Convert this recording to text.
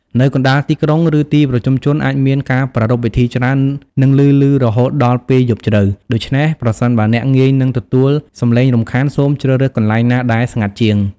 នៅកណ្តាលទីក្រុង ឬទីប្រជុំជនអាចមានការប្រារព្ធពិធីច្រើន និងឮៗរហូតដល់ពេលយប់ជ្រៅ ដូច្នេះ ប្រសិនបើអ្នកងាយនឹងទទួលសំឡេងរំខាន សូមជ្រើសរើសកន្លែងណាដែលស្ងាត់ជាង។